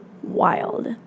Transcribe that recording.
Wild